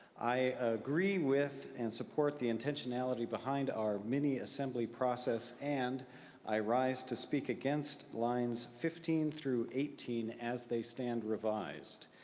i agree with and support the intentionality behind our mini assembly process and i rise to speak against lines fifteen through eighteen as they stand revised.